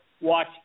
watch